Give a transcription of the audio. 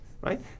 right